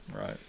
Right